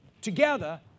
together